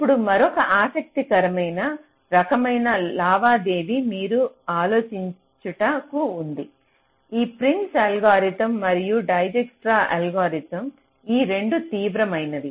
ఇప్పుడు మరొక ఆసక్తికరమైన రకమైన లావాదేవీ మీరు ఆలోచించుట కు ఉంది ఈ ప్రిమ్స్ అల్గోరిథం మరియు డైజ్క్స్ట్రా అల్గోరిథంల ఈ రెండు తీవ్రమైనవి